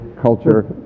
culture